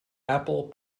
apple